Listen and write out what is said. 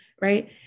right